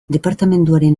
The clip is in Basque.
departamenduaren